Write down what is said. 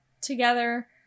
together